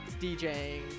DJing